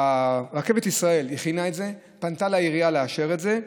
רכבת ישראל הכינה את זה, פנתה לעירייה לאשר את זה,